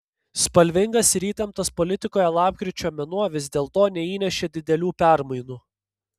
spalvingas ir įtemptas politikoje lapkričio mėnuo vis dėlto neįnešė didelių permainų